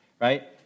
right